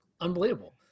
unbelievable